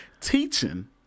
Teaching